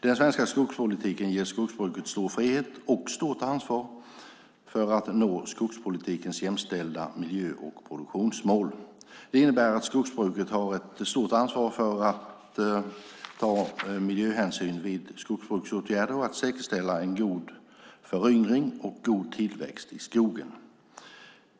Den svenska skogspolitiken ger skogsbruket stor frihet och stort ansvar för att nå skogspolitikens jämställda miljö och produktionsmål. Det innebär att skogsbruket har ett stort ansvar för att ta miljöhänsyn vid skogsbruksåtgärder och att säkerställa en god föryngring och god tillväxt i skogen.